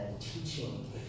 teaching